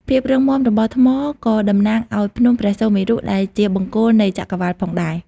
ភាពរឹងមាំរបស់ថ្មក៏តំណាងឲ្យ ភ្នំព្រះសុមេរុ ដែលជាបង្គោលនៃចក្រវាឡផងដែរ។